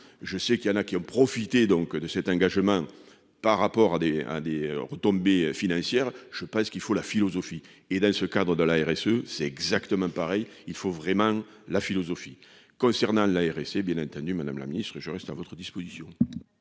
Je sais qu'il y en a qui ont profité donc de cet engagement par rapport à des, des retombées financières. Je pense qu'il faut la philosophie et dans ce cadre de la RSE. C'est exactement pareil, il faut vraiment la philosophie concernant la RSI et bien entendu Madame la Ministre je reste à votre disposition.